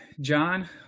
John